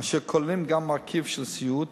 אשר כוללים גם מרכיב של סיעוד,